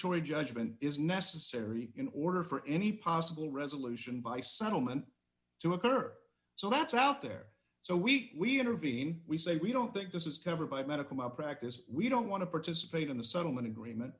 declaratory judgment is necessary in order for any possible resolution by settlement to occur so that's out there so we intervene we say we don't think this is covered by medical malpractise we don't want to participate in the settlement agreement